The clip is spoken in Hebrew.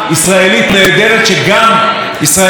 פעם לא היינו הולכים לסרטים ישראליים,